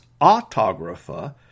autographa